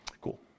Cool